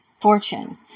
fortune